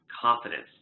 confidence